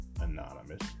anonymous